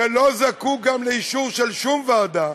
שלא זקוק לאישור של שום ועדה,